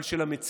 אבל של המציע,